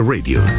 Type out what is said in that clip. Radio